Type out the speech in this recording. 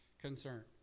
concern